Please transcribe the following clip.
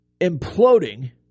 imploding